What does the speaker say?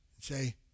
say